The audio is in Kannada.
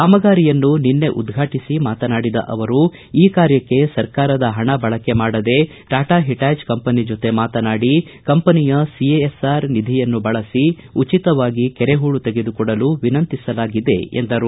ಕಾಮಗಾರಿಯನ್ನು ನಿನ್ನೆ ಉದ್ಘಾಟಿಸಿ ಮಾತನಾಡಿದ ಅವರು ಈ ಕಾರ್ಯಕ್ಕೆ ಸರ್ಕಾರದ ಹಣ ಬಳಕೆ ಮಾಡದೇ ಟಾಟಾ ಹಿಟ್ಡಾಚ್ ಕಂಪನಿ ಜೊತೆ ಮಾತನಾಡಿ ಕಂಪನಿಯ ಸಿಎಸ್ಆರ್ ನಿಧಿಯನ್ನು ಬಳಸಿ ಉಚಿತವಾಗಿ ಕೆರೆ ಹೂಳು ತೆಗೆದುಕೊಡಲು ವಿನಂತಿಸಲಾಗಿದೆ ಎಂದರು